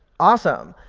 awesome.